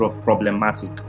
problematic